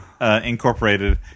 Incorporated